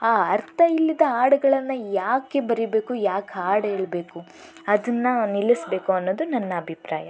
ಆ ಅರ್ಥ ಇಲ್ಲದ ಹಾಡುಗಳನ್ನು ಯಾಕೆ ಬರೀಬೇಕು ಯಾಕೆ ಹಾಡೇಳ್ಬೇಕು ಅದನ್ನು ನಿಲ್ಲಿಸಬೇಕು ಅನ್ನೋದು ನನ್ನ ಅಭಿಪ್ರಾಯ